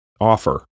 offer